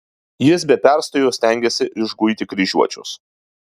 jis be perstojo stengėsi išguiti kryžiuočius